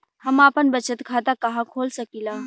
हम आपन बचत खाता कहा खोल सकीला?